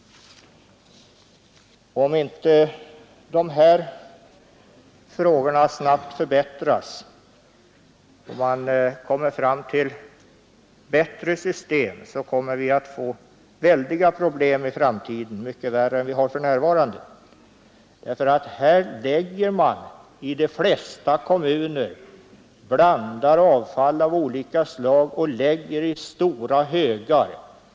Om inte dessa förhållanden snabbt förändras och vi får fram ett bättre system kommer vi att få väldiga problem i framtiden, mycket värre än de vi har för närvarande. De flesta kommuner blandar avfall av olika slag och lägger det i en stor hög.